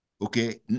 Okay